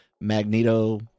magneto